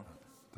תודה רבה.